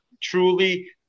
truly